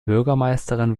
bürgermeisterin